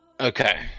okay